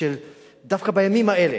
דווקא בימים האלה,